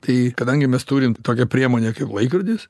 tai kadangi mes turim tokią priemonę kaip laikrodis